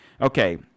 Okay